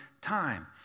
time